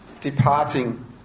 departing